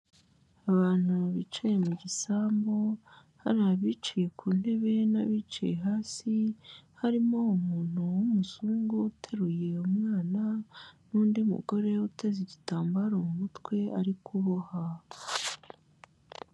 Abantu bicaye mu gisambu hari abicaye ku ntebe n'abicaye hasi, harimo umuntu w'umuzungu uteruye umwana n'undi mugore uteze igitambaro mu mutwe ari kuboha.